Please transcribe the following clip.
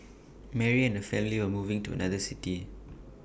Mary and family were moving to another city